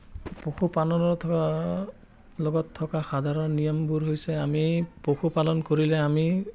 পশু পালনত লগত থকা সাধাৰণ নিয়মবোৰ হৈছে আমি পশু পালন কৰিলে আমি